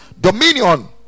dominion